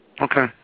Okay